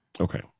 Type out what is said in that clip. Okay